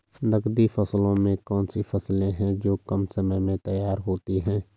नकदी फसलों में कौन सी फसलें है जो कम समय में तैयार होती हैं?